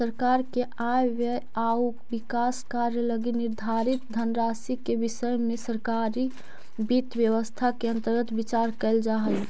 सरकार के आय व्यय आउ विकास कार्य लगी निर्धारित धनराशि के विषय में सरकारी वित्त व्यवस्था के अंतर्गत विचार कैल जा हइ